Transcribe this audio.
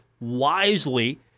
wisely